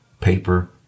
paper